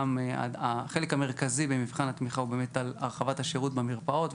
החלק המרכזי במבחן התמיכה הוא באמת על הרחבת השירות במרפאות,